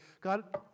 God